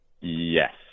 Yes